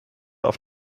auf